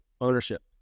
ownership